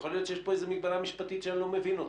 יכול להיות שיש פה איזה מגבלה משפטית שאני לא מבין.